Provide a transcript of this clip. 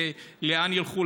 לאן ילכו,